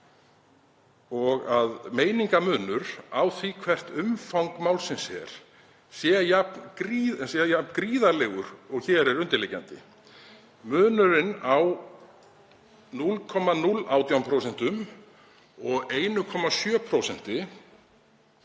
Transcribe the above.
og að meiningarmunurinn á því hvert umfang málsins er sé jafn gríðarlegur og hér er undirliggjandi. Munurinn á 0,018% og 1,7%,